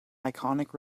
iconic